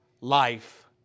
life